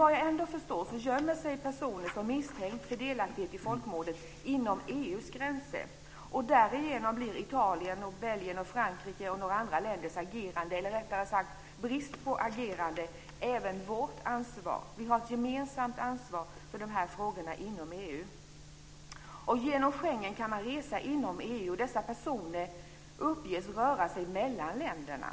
Vad jag förstår gömmer sig personer som misstänks för delaktighet i folkmordet inom EU:s gränser. Därigenom blir Italiens, Belgiens, Frankrikes och några andra länders brist på agerande även vårt ansvar. Vi har ett gemensamt ansvar för dessa frågor inom EU. Schengenavtalet gör det möjligt att resa inom EU. Dessa personer uppges röra sig mellan länderna.